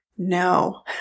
No